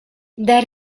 dal